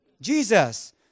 Jesus